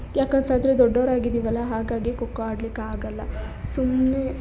ಯಾಕಂತಂದರೆ ದೊಡ್ಡೋರಾಗಿದ್ದೀವಲ್ಲ ಹಾಗಾಗಿ ಖೋಖೋ ಆಡಲಿಕಾಗಲ್ಲ ಸುಮ್ಮನೆ